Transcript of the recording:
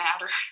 matter